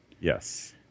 Yes